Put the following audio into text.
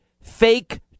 fake